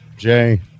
Jay